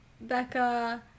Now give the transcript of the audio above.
Becca